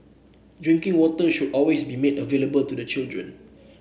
drinking water should always be made available to the children